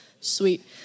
Sweet